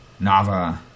Nava